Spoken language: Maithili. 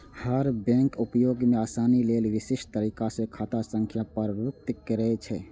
हर बैंक उपयोग मे आसानी लेल विशिष्ट तरीका सं खाता संख्या प्रारूपित करै छै